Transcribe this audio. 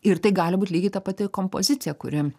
ir tai gali būt lygiai ta pati kompozicija kuri